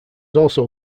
also